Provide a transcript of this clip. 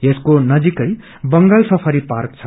यसको नजिकै Bengal safari park छ